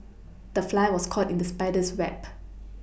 the fly was caught in the spider's web